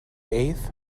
eighth